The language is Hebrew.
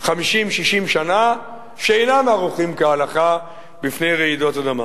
60 שנה במבנים שאינם ערוכים כהלכה בפני רעידות אדמה.